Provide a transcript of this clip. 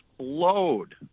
load